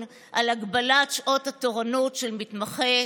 על הגבלת שעות התורנות של מתמחים,